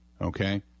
Okay